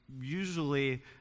usually